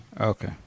Okay